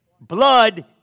blood